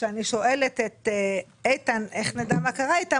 שכאשר אני שואלת את איתן כהן איך נדע מה קרה איתם